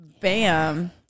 bam